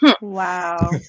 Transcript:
wow